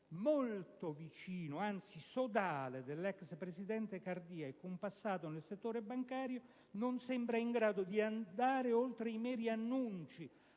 molto vicino, anzi sodale dell'ex presidente Cardia e con un passato nel settore bancario, non sembra in grado di andare oltre i meri annunci.